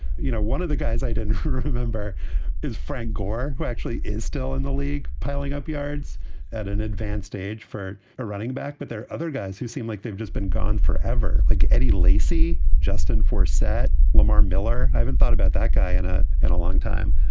you know, one of the guys i didn't remember is frank gore, who actually is still in the league, piling up yards at an advanced age for a running back. but there are other guys who seem like they've just been gone forever, like eddie lacy. justin for ssat, lamar miller. i haven't thought about that guy in ah in a long time.